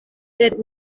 sed